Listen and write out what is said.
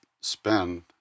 spend